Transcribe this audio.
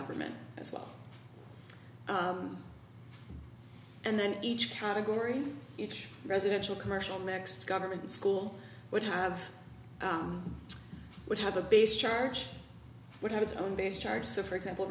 government as well and then each category each residential commercial next government school would have would have a base charge would have its own base charge so for example